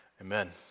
amen